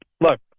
look